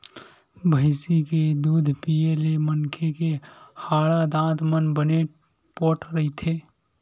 भइसी के दूद पीए ले मनखे के हाड़ा, दांत मन बने पोठ रहिथे